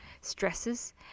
stresses